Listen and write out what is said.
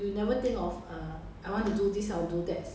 什么东西